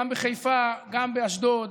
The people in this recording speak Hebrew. גם בחיפה וגם באשדוד,